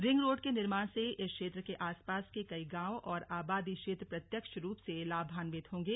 ring road के निर्माण से इस क्षेत्र के आस पास के कई गांव और आबादी क्षेत्र प्रत्यक्ष रूप से लाभान्वित होंगे